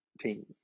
team